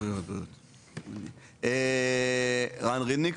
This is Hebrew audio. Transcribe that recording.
רן רידניק,